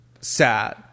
sad